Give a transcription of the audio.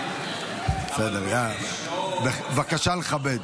בסדר, בבקשה לכבד.